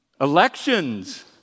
Elections